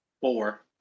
Four